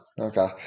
Okay